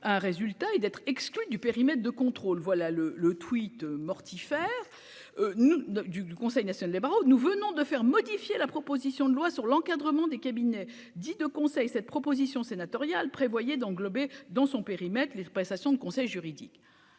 un résultat et d'être exclue du périmètre de contrôle, voilà le le tweet mortifère nous du du Conseil national des barreaux, nous venons de faire modifier la proposition de loi sur l'encadrement des cabinets dit de conseils cette proposition sénatoriale, prévoyez d'englober dans son périmètre, les prestations de conseil juridique,